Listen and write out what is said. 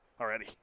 already